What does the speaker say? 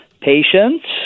patients